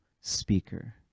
speaker